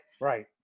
Right